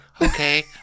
Okay